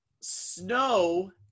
snow